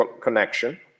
connection